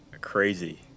crazy